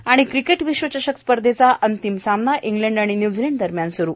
आणि क्रिकेट विश्वचषक स्पर्धेचा अंतिम सामना इंग्लंड आणि न्युझीलंड दरम्यान स्रू